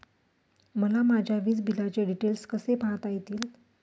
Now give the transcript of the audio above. मला माझ्या वीजबिलाचे डिटेल्स कसे पाहता येतील?